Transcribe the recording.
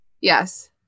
Yes